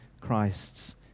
Christ's